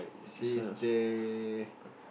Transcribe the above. it says there